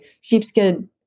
sheepskin